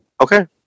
okay